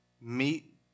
meet